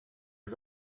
you